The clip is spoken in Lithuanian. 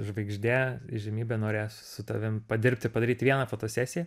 žvaigždė įžymybė norės su tavim padirbti padaryti vieną fotosesiją